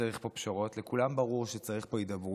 שצריך פה פשרות, לכולם ברור שצריך פה הידברות.